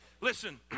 Listen